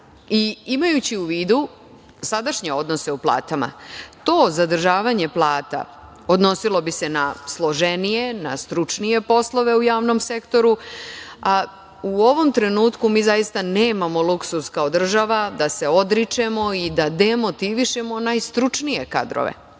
i, imajući u vidu sadašnje odnose u platama, to zadržavanje plata odnosilo bi se na složenije, na stručnije poslove u javnom sektoru, a u ovom trenutku mi zaista nemamo luksuz kao država da se odričemo i demotivišemo najstručnije kadrove. Sa